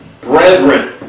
Brethren